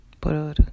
Por